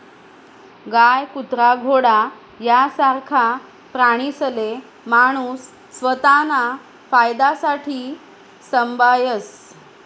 गाय, कुत्रा, घोडा यासारखा प्राणीसले माणूस स्वताना फायदासाठे संभायस